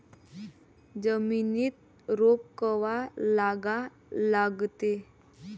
जमिनीत रोप कवा लागा लागते?